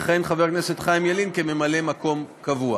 יכהן חבר הכנסת חיים ילין כממלא מקום קבוע.